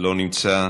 לא נמצא,